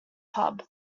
pub